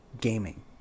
gaming